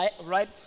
right